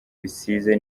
bisize